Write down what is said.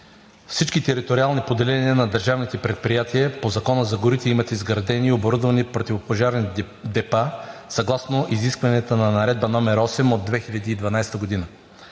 Всички териториални поделения на държавните предприятия по Закона за горите имат изградени и оборудвани противопожарни депа съгласно изискванията на Наредба № 8 от 2012 г.